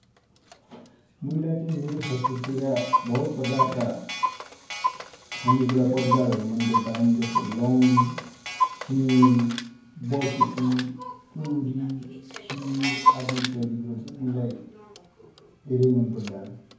मुइलाइ चाइ मेरो सस्कृतिका बहुत प्रकार का खानेकुरा, परिकार हरु मन पड्डान । जसो लौन, सेल, बट्कु, पुरि, खिर, आदि इत्यादि कुरा चाइ मुइलाइ धेरै मन पड्डान ।